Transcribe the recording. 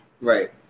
Right